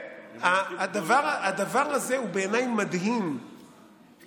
ואת הבלמים נמצאת בשיח הציבורי בצורה מאוד מאוד רצינית.